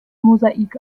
mosaik